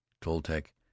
Toltec